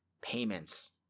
payments